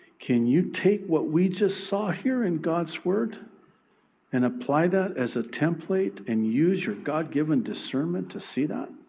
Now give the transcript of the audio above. can you take what we just saw here in god's word and apply that as a template and use your god given discernment to see that?